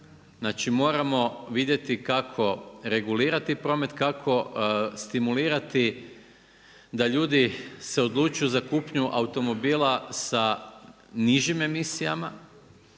moramo vidjeti kako regulirati promet, kako stimulirati da ljudi se odlučuju za kupnju automobila sa nižim emisijama,